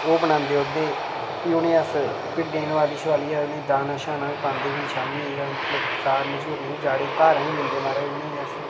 ते ओह् बनांदे ओह्दे फ्ही उनेंगी अस भिड्ढें गी नुहालियै शुहालियै उनेंगी दाना शाना पांदे फ्ही शामीं जेह्दा मतलब चारने चूरने गी बी जाड़ै धारें गी बी लैंदे महाराज उनेंगी अस